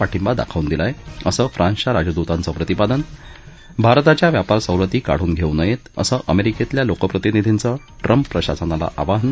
पाठिंबा दाखवून दिला आहे असं फ्रान्सच्या राजदूतांचं प्रतिपादन भारताच्या व्यापार सवलती काढून घेऊ नये असं अमेरिकेतल्या लोकप्रतिनिधींचं ट्रंप प्रशासनाला आवाहन